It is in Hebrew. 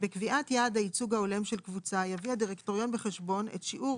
בקביעת יעד הייצוג ההולם של קבוצה יביא הדירקטוריון בחשבון את שיעור